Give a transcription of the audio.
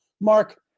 Mark